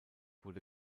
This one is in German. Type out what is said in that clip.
wurde